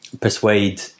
persuade